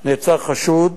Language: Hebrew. נעצר חשוד